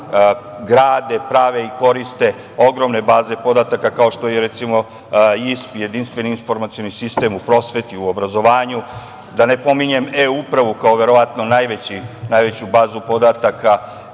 grade, prave i koriste ogromne baze podataka, kao što je JIS - jedinstveni informacioni sistem u prosveti, u obrazovanju, da ne pominjem e-upravu kao verovatno najveću bazu podataka